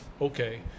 okay